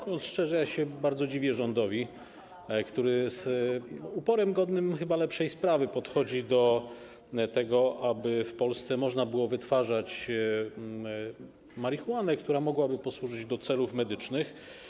Mówiąc szczerze, bardzo się dziwię rządowi, który z uporem godnym chyba lepszej sprawy podchodzi do tego, aby w Polsce można było wytwarzać marihuanę, która mogłaby posłużyć do celów medycznych.